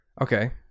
Okay